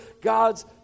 God's